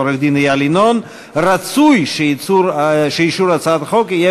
עורך-דין איל ינון: רצוי שאישור הצעת החוק יהיה